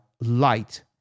light